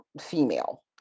female